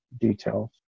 details